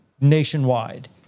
nationwide